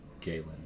Galen